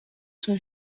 تون